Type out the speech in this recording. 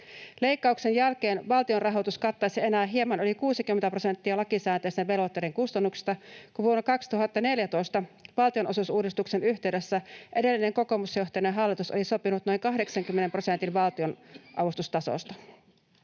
Leikkauksen jälkeen valtionrahoitus kattaisi enää hieman yli 60 prosenttia lakisääteisten velvoitteiden kustannuksista, kun vuonna 2014 valtionosuusuudistuksen yhteydessä edellinen kokoomusjohtoinen hallitus oli sopinut noin 80 prosentin valtionavustustasosta.